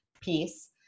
piece